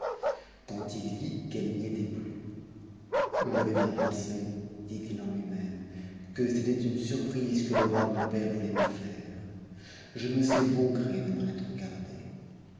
quand il vit qu'elle n'y était plus je l'avais bien pensé dit-il eu lui-même que c'était une surprise que le roi mon père voulait me faire je me sais bon gré de m'en être gardé